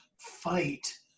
fight